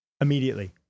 Immediately